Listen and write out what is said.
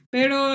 Pero